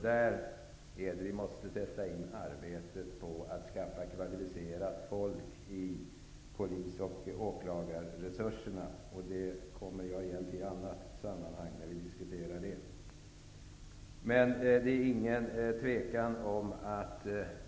Det är till polisoch åklagarmyndigheterna som vi måste skaffa kvalificerat folk. Jag kommer igen till det i annat sammanhang.